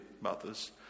mothers